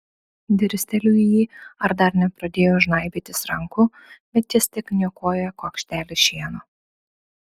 dirsteliu į jį ar dar nepradėjo žnaibytis rankų bet jis tik niokoja kuokštelį šieno